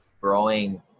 growing